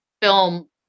film